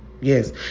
Yes